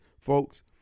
Folks